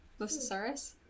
Mosasaurus